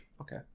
Okay